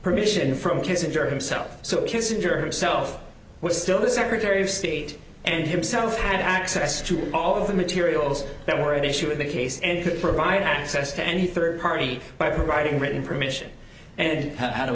permission from kissinger himself so kissinger himself was still the secretary of state and himself had access to all the materials that were of issue in the case and could provide access to any third party by providing written permission and how do